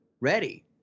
ready